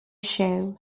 show